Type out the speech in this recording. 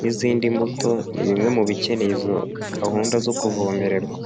n'izindi mbuto ni bimwe mu bikenera izo gahunda zo kuvomererwa.